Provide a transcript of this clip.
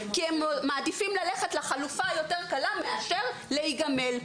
כי הם מעדיפים ללכת לחלופה היותר קלה מאשר להיגמל.